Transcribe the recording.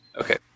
Okay